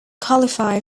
qualify